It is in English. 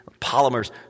polymers